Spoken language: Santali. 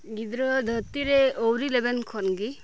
ᱜᱤᱫᱽᱨᱟᱹ ᱫᱷᱟᱹᱨᱛᱤ ᱨᱮ ᱟᱣᱨᱤ ᱞᱮᱵᱮᱫ ᱠᱷᱚᱱ ᱜᱮ